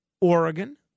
Oregon